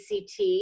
ACT